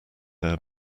air